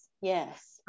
Yes